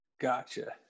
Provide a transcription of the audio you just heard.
Gotcha